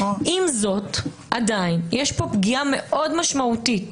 עם זאת, עדיין יש פה פגיעה מאוד משמעותית